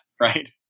right